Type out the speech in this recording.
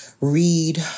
read